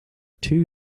two